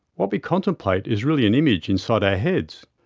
what we contemplate is really an image inside our heads.